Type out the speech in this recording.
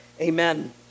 amen